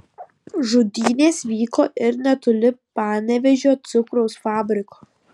žudynės vyko ir netoli panevėžio cukraus fabriko